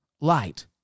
light